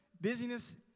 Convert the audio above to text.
busyness